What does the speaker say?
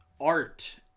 art